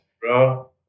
bro